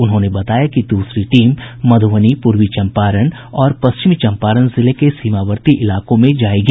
उन्होंने बताया कि दूसरी टीम मुबधनी पूर्वी चम्पारण और पश्चिमी चम्पारण जिले के सीमावर्ती इलाकों में जाएगा